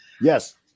Yes